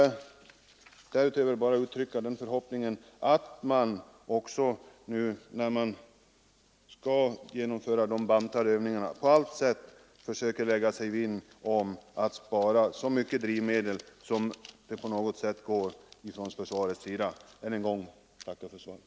Jag vill därutöver bara uttrycka den förhoppningen att man från försvarets sida när man nu skall genomföra de bantade övningarna på allt sätt försöker lägga sig vinn om att spara så mycket drivmedel som någonsin är möjligt. Än en gång tackar jag för svaret.